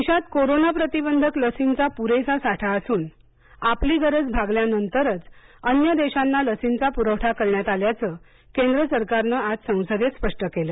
देशात कोरोना प्रतिबंधक लसींचा पुरेसा साठा असून आपली गरज भागल्या नंतरच अन्य देशांना लसींचा पुरवठा करण्यात आल्याचं केंद्र सरकार नं आज संसदेत स्पष्ट केलं